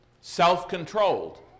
self-controlled